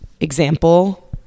example